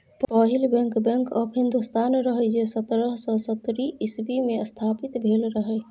पहिल bank, bank of Hindustan रहय जे सतरह सय सत्तरि इस्बी मे स्थापित भेल रहय